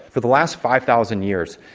for the last five thousand years,